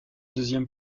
deuxième